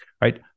right